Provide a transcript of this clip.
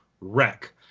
wreck